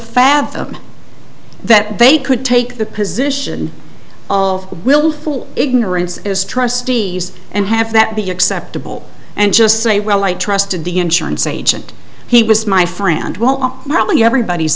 fathom that they could take the position of willful ignorance as trustees and have that be acceptable and just say well i trusted the insurance agent he was my friend will probably everybody's